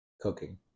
cooking